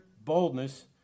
boldness